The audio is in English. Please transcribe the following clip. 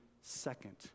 second